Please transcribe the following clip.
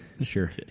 Sure